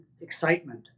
excitement